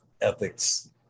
Ethics